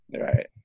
Right